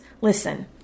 Listen